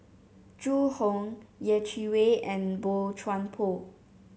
Zhu Hong Yeh Chi Wei and Boey Chuan Poh